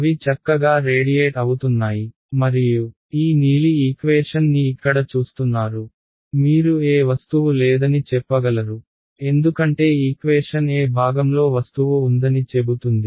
అవి చక్కగా రేడియేట్ అవుతున్నాయి మరియు ఈ నీలి ఈక్వేషన్ ని ఇక్కడ చూస్తున్నారు మీరు ఏ వస్తువు లేదని చెప్పగలరు ఎందుకంటే ఈక్వేషన్ ఏ భాగంలో వస్తువు ఉందని చెబుతుంది